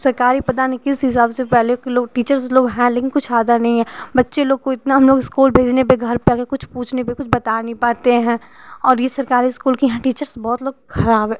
सरकारी पता नहीं किस हिसाब से पहले के लोग टीचर्स लोग हैं लेकिन कुछ आता नहीं है बच्चे लोग को इतना हम लोग इस्कूल भेजने पर घर पर कुछ पूछने पर कुछ बता नहीं पाते हैं और ये सरकारी इस्कूल के यहाँ टीचर्स बहुत लोग खराब है